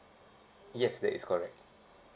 yes that is correct